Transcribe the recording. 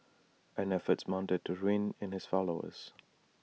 and efforts mounted to rein in his followers